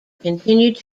continued